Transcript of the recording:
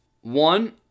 One